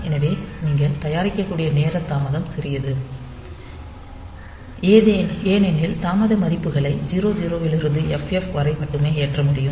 எனவே நீங்கள் தயாரிக்கக்கூடிய நேர தாமதம் சிறியது ஏனெனில் தாமத மதிப்புகளை 00 இருந்து FF வரை மட்டுமே ஏற்ற முடியும்